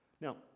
Now